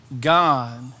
God